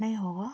नहीं होगा